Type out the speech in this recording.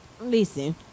Listen